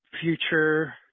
future